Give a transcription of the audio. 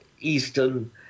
eastern